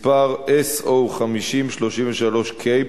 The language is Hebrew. מס' SO5033K,